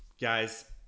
Guys